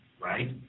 right